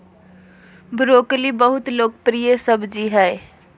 broccoli बहुत लोकप्रिय सब्जी हइ